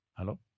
Hello